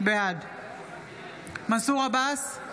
בעד מנסור עבאס,